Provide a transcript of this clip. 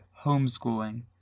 homeschooling